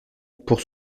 pour